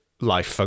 life